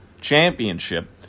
championship